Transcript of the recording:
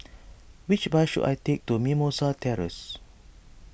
which bus should I take to Mimosa Terrace